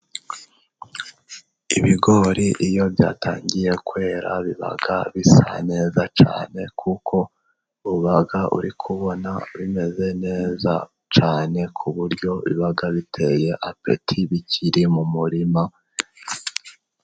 Ibigori iyo byatangiye kwera. Biba bisa neza cyane. Kuko uba uri kubona bimeze neza cyane. Ku buryo biba biteye apeti ,bikiri mu murima.